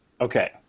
Okay